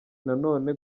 nanone